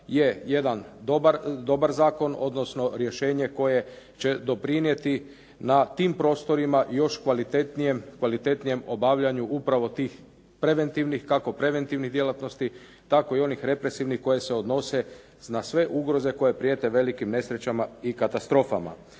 je jedan dobar zakon, odnosno rješenje koje će doprinijeti na tim prostorima još kvalitetnijem obavljanju upravo tih preventivnih, kako preventivnih djelatnosti, tako i onih represivnih koje se odnose na sve ugroze koje prijete velikim nesrećama i katastrofama.